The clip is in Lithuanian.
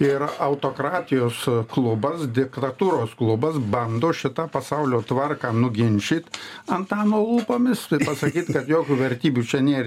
ir autokratijos klubas diktatūros klubas bando šitą pasaulio tvarką nuginčyt antano lūpomis pasakyt kad jokių vertybių čia nėr